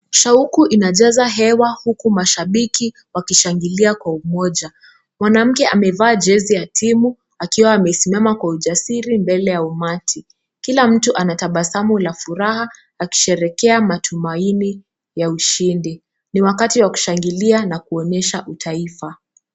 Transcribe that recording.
Shauku unajaza hewa huku mashabiki wakishangilia kwa umoja. Mwanamke amevaa jezi ya timu akiwa amesimama kwa ujasiri mbele ya umati. Kila mtu anatabasamu la furaha akisherekea matumaini ya ushindi. Ni wakati wakushangilia na kuonesha utaifa.